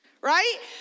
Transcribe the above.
right